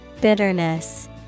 Bitterness